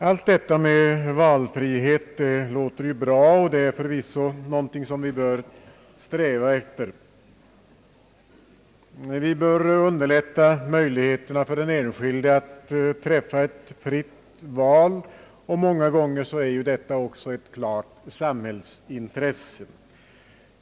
Allt detta med valfrihet låter ju bra, och det är förvisso någonting som vi bör sträva efter. Vi bör underlätta möjligheterna för den enskilde att träffa ett fritt val, och många gånger är detta också ett klart samhällsintresse.